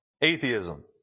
Atheism